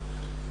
במליאה?